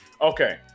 Okay